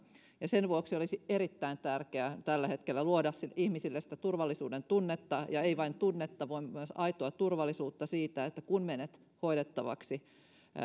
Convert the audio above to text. ja sen vuoksi olisi erittäin tärkeää tällä hetkellä luoda ihmisille sitä turvallisuudentunnetta ja ei vain tunnetta vaan myös aitoa turvallisuutta siitä että kun menet hoidettavaksi